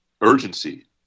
urgency